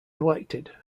elected